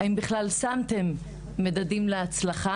האם בכלל שמתם מדדים להצלחה?